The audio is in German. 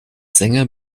sänger